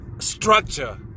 structure